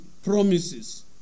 promises